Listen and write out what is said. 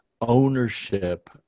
ownership